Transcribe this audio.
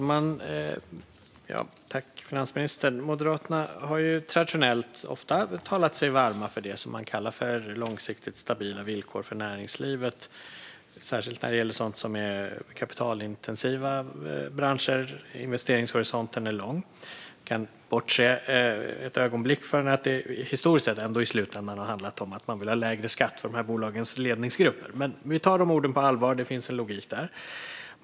Fru talman! Moderaterna har ju ofta talat sig varma för det som man kallar långsiktigt stabila villkor för näringslivet, särskilt när det gäller sådant som är kapitalintensiva branscher och där investeringshorisonten är lång. Vi kan för ett ögonblick bortse från att det historiskt sett i slutändan har handlat om att man vill ha lägre skatt för bolagens ledningsgrupper. Låt oss ta dessa ord på allvar; det finns en logik där.